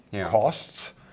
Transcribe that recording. costs